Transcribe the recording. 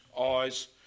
eyes